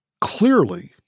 clearly—